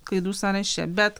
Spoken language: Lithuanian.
klaidų sąraše bet